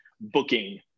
booking